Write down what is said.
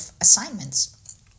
assignments